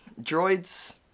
droids